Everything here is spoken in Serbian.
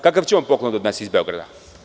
Kakav će on poklon da ponese iz Beograda?